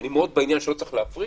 אני מאוד בעניין שלא צריך להפריט,